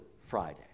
Friday